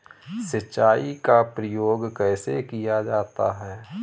सिंचाई का प्रयोग कैसे किया जाता है?